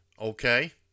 Okay